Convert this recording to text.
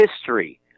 history